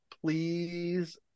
please